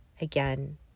again